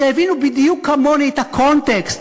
שהבינו בדיוק כמוני את הקונטקסט,